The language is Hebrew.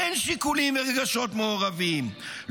אין שיקולים ורגשות מעורבים,